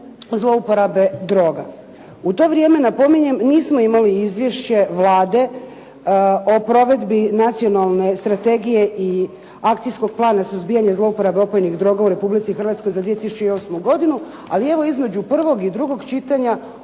zlouporabe droga. U to vrijeme napominjem nismo imali izvješće Vlade o provedbi Nacionalne strategije i akcijskog plana suzbijana zlouporabe opojnih droga u Republici Hrvatskoj za 2008. godinu, ali evo između prvog i drugog čitanja